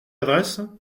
adresse